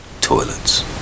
toilets